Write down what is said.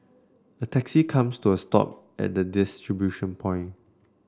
a taxi comes to a stop at the distribution point